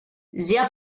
sehr